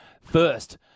first